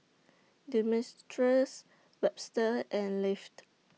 Demetrius Webster and Leif